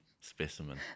specimen